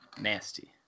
nasty